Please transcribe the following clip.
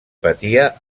patia